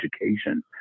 education